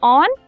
on